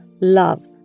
love